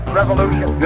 revolution